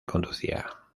conducía